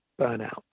burnout